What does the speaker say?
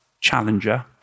challenger